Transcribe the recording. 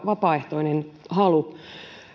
vapaaehtoinen halu